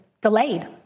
delayed